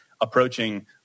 approaching